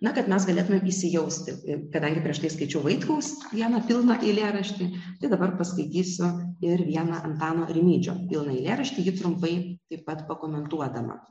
na kad mes galėtumėm įsijausti į kadangi prieš tai skaičiau vaitkaus vieną pilną eilėraštį tai dabar paskaitysiu ir vieną antano rimydžio pilną eilėraštį jį trumpai taip pat pakomentuodama